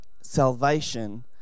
salvation